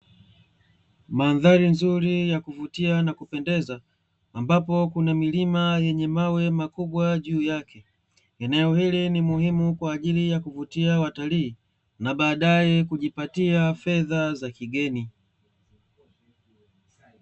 Mandhari nzuri ya kuvutia na kupendeza, ambapo kuna milima yenye mawe makubwa juu yake. Eneo hili ni muhimu kwa ajili ya kuvutia watalii na baadaye kujipatia fedha za kigeni.